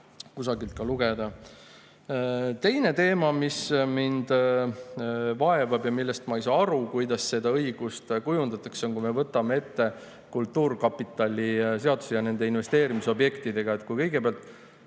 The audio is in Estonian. kusagilt ka lugeda? Teine teema, mis mind vaevab ja millest ma aru ei saa, [on see,] kuidas seda õigust kujundatakse, kui me võtame ette kultuurkapitali seaduse ja investeerimisobjektid. Kõigepealt,